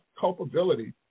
culpability